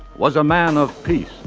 was a man of peace.